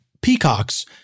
peacocks